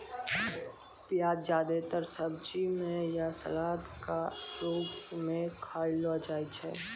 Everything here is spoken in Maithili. प्याज जादेतर सब्जी म या सलाद क रूपो म खयलो जाय छै